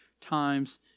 times